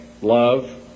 love